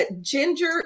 ginger